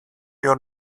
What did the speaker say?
your